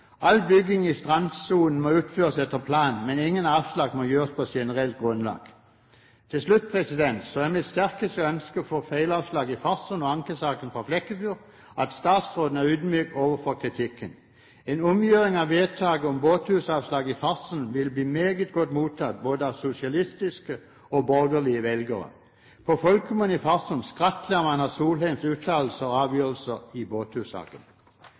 All bygging i strandsonen må utføres etter plan, men ingen avslag må gjøres på generelt grunnlag. Til slutt: Mitt sterkeste ønske for feilavslaget i Farsund og ankesaken fra Flekkefjord er at statsråden er ydmyk overfor kritikken. En omgjøring av vedtaket om båthusavslag i Farsund ville bli meget godt mottatt av både sosialistiske og borgerlige velgere. På folkemunne i Farsund skrattler man av Solheims uttalelser og avgjørelse i båthussaken.